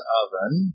oven